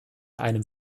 einem